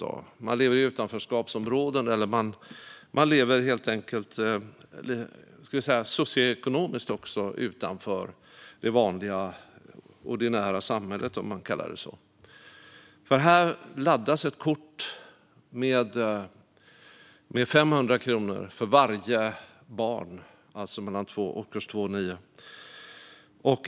Det gäller de som lever i utanförskapsområden eller socioekonomiskt utanför det vanliga ordinära samhället, om man kallar det så. Här laddas ett kort med 500 kronor för varje barn i årskurs 2 till årskurs 9.